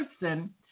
person